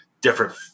different